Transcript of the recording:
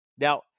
Now